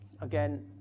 again